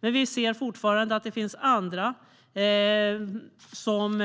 Men vi ser fortfarande att det finns andra som